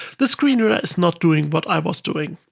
the screen reader is not doing what i was doing,